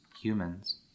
humans